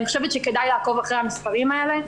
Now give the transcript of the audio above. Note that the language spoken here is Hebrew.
ואני חושבת שכדאי לעקוב אחרי המספרים האלה.